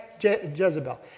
Jezebel